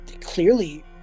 clearly